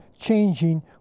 changing